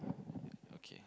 okay